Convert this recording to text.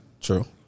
True